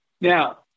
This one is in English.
Now